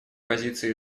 позиции